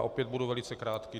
Opět budu velice krátký.